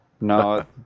No